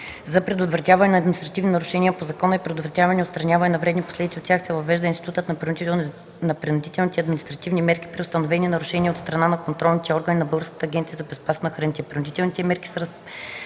За предотвратяване на административни нарушения по закона и предотвратяване и отстраняване на вредни последици от тях се въвежда институтът на принудителните административни мерки при установени нарушения от страна на контролните органи на Българската агенция по безопасност на